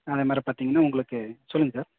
அதே மாரி பார்த்தீங்கன்னா உங்களுக்கு சொல்லுங்கள் சார்